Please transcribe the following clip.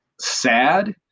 sad